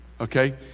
okay